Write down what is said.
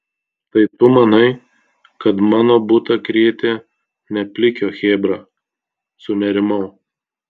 tai tu manai kad mano butą krėtė ne plikio chebra sunerimau